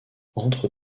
entre